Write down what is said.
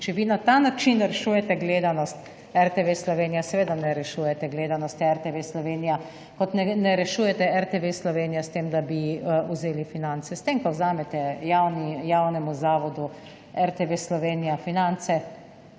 In če vi na ta način rešujete gledanost RTV Slovenija, seveda ne rešujete gledanosti RTV Slovenija, kot ne rešujete RTV Slovenija s tem, da bi ji vzeli finance. S tem, ko vzamete javnemu zavodu RTV Slovenija finance,